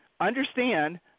understand –